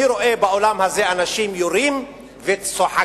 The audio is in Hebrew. אני רואה באולם הזה אנשים יורים וצוחקים.